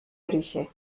horixe